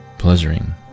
pleasuring